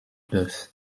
birth